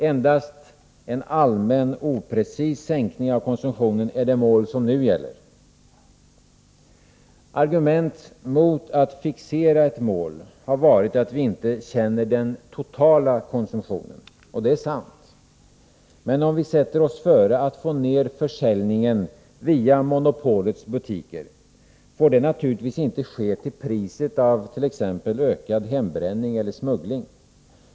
Endast en allmän, oprecis sänkning av konsumtionen är det mål som nu gäller. Ett argument mot att fixera ett mål har varit att vi inte känner den totala konsumtionen, och det är sant. Men om vi sätter oss före att få ner försäljningen via monopolets butiker, får det naturligtvis inte ske till priset av t.ex. ökad hembränning eller smuggling.